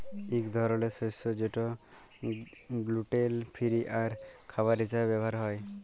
ইক ধরলের শস্য যেট গ্লুটেল ফিরি আর খাবার হিসাবে ব্যাভার হ্যয়